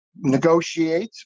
negotiate